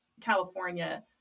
California